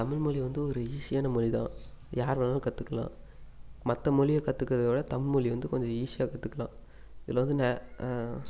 தமிழ்மொழி வந்து ஒரு ஈஸியான மொழி தான் யார் வேணாலும் கற்றுக்குலாம் மத்த மொழிய கற்றுக்கிறத விட தமிழ்மொழி வந்து கொஞ்சம் ஈஸியாக கற்றுக்குலாம் இதில் வந்து ந